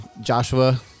Joshua